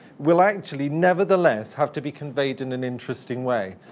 will actually, nevertheless, have to be conveyed in an interesting way.